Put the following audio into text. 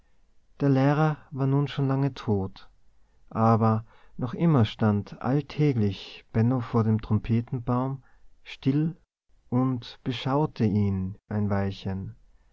der lehrer war nun schon lange tot aber noch immer stand alltäglich benno vor dem trompetenbaum still und beschaute ihn ein weilchen